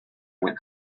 went